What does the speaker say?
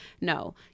no